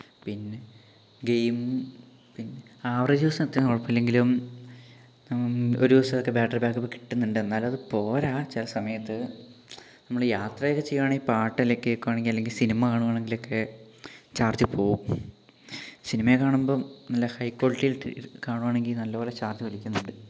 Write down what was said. പിന്നെ ഗെയിമും പിന്നെ ആവറേജ് യുസിനത്ര കുഴപ്പമില്ലെങ്കിലും ഒരു ദിവത്തെയൊക്കെ ബാറ്ററി ബാക്കപ്പ് കിട്ടുന്നുണ്ട് എന്നാലും അത് പോരാ ചില സമയത്ത് നമ്മള് യാത്രയൊക്കെ ചെയ്യുവാണെൽ പാട്ടല്ലേ കേൾക്കുവാണേൽ അല്ലേൽ സിനിമ കാണുവാണെങ്കിലൊക്കെ ചാർജ് പോകും സിനിമയൊക്കെ കാണുമ്പോൾ നല്ല ഹൈ ക്വാളിറ്റിയിൽ കാണുവാണെങ്കിൽ നല്ലപോലെ ചാർജ് വലിക്കുന്നുണ്ട്